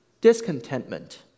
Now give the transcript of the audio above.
discontentment